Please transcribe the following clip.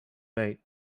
mate